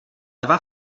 eva